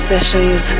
sessions